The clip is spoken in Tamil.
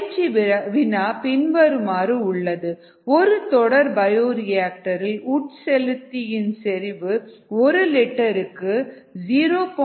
பயிற்சி வினா பின்வருமாறு உள்ளது ஒரு தொடர் பயோரியாக்டரில் உட்செலுத்தி இன் செறிவு ஒரு லிட்டருக்கு 0